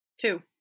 two